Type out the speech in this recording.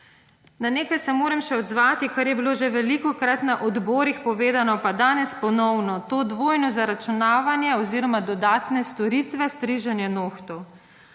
Na nekaj se moram še odzvati, kar je bilo že velikokrat na odborih povedano in danes ponovno. To dvojno zaračunavanje oziroma dodatne storitve, striženje nohtov.